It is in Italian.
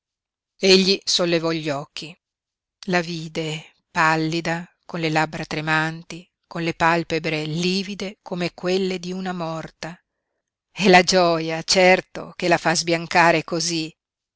egli sollevò gli occhi la vide pallida con le labbra tremanti con le palpebre livide come quelle di una morta è la gioia certo che la fa sbiancare cosí